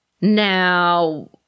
now